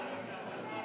הסתייגות מס'